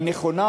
היא נכונה,